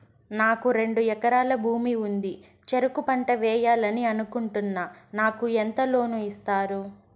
నాకు రెండు ఎకరాల భూమి ఉంది, చెరుకు పంట వేయాలని అనుకుంటున్నా, నాకు ఎంత లోను ఇస్తారు?